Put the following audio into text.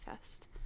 Fest